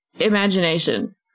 imagination